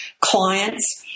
clients